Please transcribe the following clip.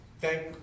thank